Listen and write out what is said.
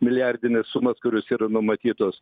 milijardines sumas kurios yra numatytos